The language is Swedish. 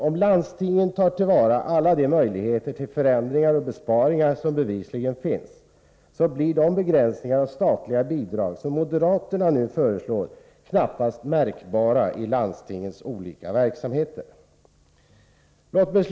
Om landstingen tar till vara alla de möjligheter till förändringar och besparingar som bevisligen finns, blir de begränsningar av statliga bidrag som moderaterna nu föreslår knappast märkbara i landstingens olika verksamheter. Herr talman!